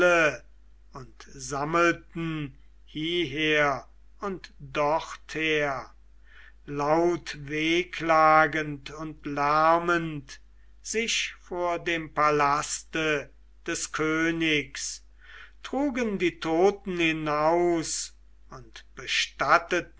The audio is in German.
und sammelten hieher und dorther lautwehklagend und lärmend sich vor dem palaste des königs trugen die toten hinaus und